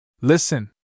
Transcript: Listen